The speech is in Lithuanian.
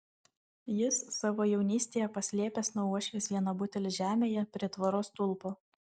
jis savo jaunystėje paslėpęs nuo uošvės vieną butelį žemėje prie tvoros stulpo